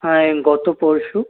হ্যাঁ এই গত পরশু